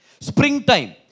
springtime